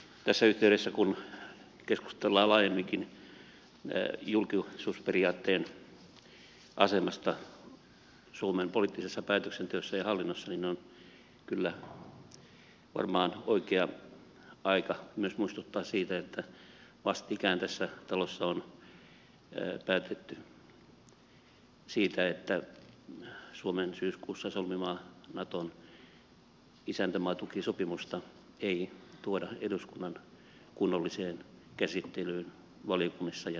tässä yhteydessä kun keskustellaan laajemminkin julkisuusperiaatteen asemasta suomen poliittisessa päätöksenteossa ja hallinnossa on kyllä varmaan oikea aika myös muistuttaa siitä että vastikään tässä talossa on päätetty siitä että suomen syyskuussa solmimaa naton isäntämaatukisopimusta ei tuoda eduskunnan kunnolliseen käsittelyyn valiokunnissa ja täysistunnossa